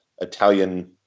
Italian